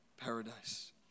Paradise